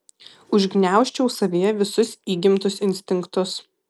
užgniaužčiau savyje visus įgimtus instinktus